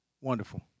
Wonderful